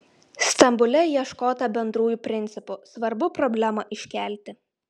stambule ieškota bendrųjų principų svarbu problemą iškelti